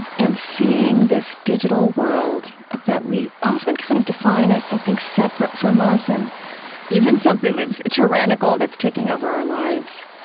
and seeing this digital world ah that we often kind of define as something separate from us, and even something that's tyrannical, that's taking over our lives